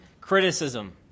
criticism